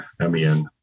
M-E-N